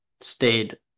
stayed